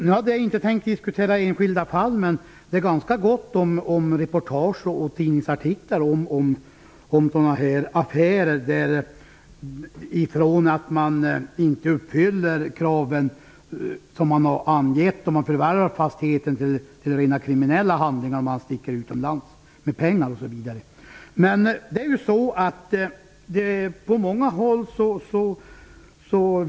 Jag hade inte tänkt diskutera enskilda fall, men klart är att det finns gott om reportage och tidningsartiklar som handlar om olika affärer. Det kan gälla alltifrån personer som inte uppfyller löftena som gavs då fastigheten förvärvades till rena kriminella handlingar, då personer sticker utomlands med pengar osv. Detta väcker oro på många håll.